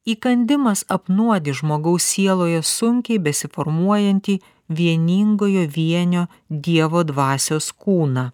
įkandimas apnuodys žmogaus sieloje sunkiai besiformuojantį vieningojo vienio dievo dvasios kūną